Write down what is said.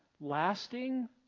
lasting